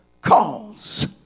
cause